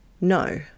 no